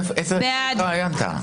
מי נגד?